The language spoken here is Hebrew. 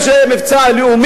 ממש כאילו זה מבצע לאומי.